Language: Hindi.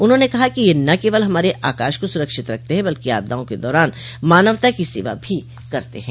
उन्होंने कहा कि ये न केवल हमारे आकाश को सुरक्षित रखते हैं बल्कि आपदाओं के दौरान मानवता की सेवा भी करते हैं